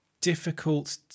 Difficult